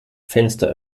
fenster